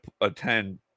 attend